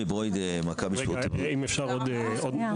בבקשה.